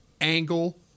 angle